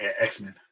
X-Men